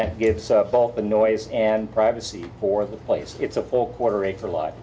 that gets all the noise and privacy for the place it's a full quarter acre l